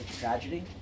tragedy